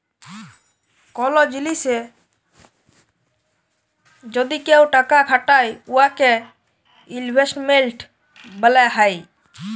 call জিলিসে যদি কেউ টাকা খাটায় উয়াকে ইলভেস্টমেল্ট ব্যলা হ্যয়